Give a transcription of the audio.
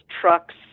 trucks